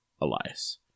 Elias